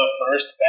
first